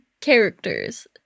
characters